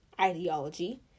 ideology